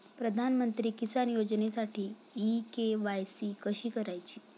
प्रधानमंत्री किसान योजनेसाठी इ के.वाय.सी कशी करायची?